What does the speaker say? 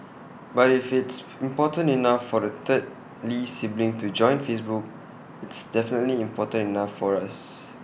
but if it's important enough for the third lee sibling to join Facebook it's definitely important enough for us